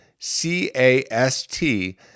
C-A-S-T